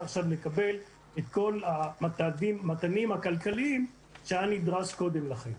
עכשיו לקבל את כל המתנים הכלכליים שהיה נדרש קודם לכן.